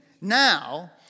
now